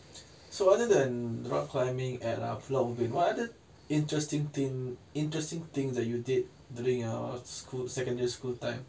so other than rock climbing at uh pulau ubin what are the interesting thing interesting thing that you did during your school secondary school time